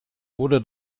wurde